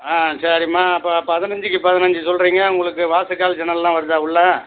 ஆ சரிம்மா அப்போ பதினைஞ்சிக்கு பதினஞ்சு சொல்கிறீங்க உங்களுக்கு வாசக்கால் ஜன்னல்லாம் வருதா உள்ளே